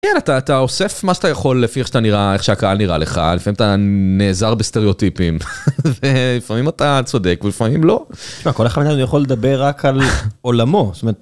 כן אתה אוסף מה שאתה יכול לפי איך שאתה נראה, איך שהקהל נראה לך, לפעמים אתה נעזר בסטריאוטיפים ולפעמים אתה צודק ולפעמים לא. שמע, כל אחד מהם יכול לדבר רק על עולמו.